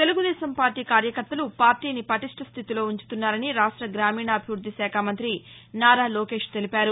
Telugu Desam party కార్యకర్తలు పార్టీని పటిష్ఠ స్టితిలో ఉంచుతున్నారని రాష్ట్ర గ్రామీణాభివృద్ది శాఖ మంత్రి నారా లోకేష్ తెలిపారు